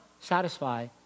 satisfy